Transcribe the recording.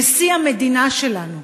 נשיא המדינה שלנו,